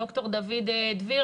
ד"ר דוד דביר,